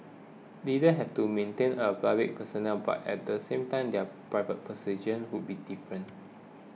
leaders have to maintain a public persona but at the same time their private position would be different